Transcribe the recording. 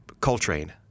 Coltrane